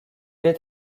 est